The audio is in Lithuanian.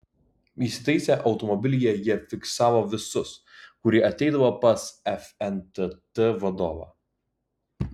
įsitaisę automobilyje jie fiksavo visus kurie ateidavo pas fntt vadovą